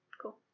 Cool